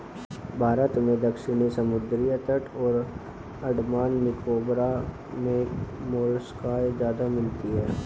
भारत में दक्षिणी समुद्री तट और अंडमान निकोबार मे मोलस्का ज्यादा मिलती है